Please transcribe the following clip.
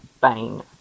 Bane